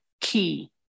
key